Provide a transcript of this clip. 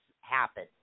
happen